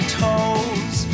toes